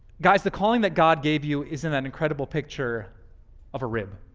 guys, the calling that god gave you is in an incredible picture of a rib.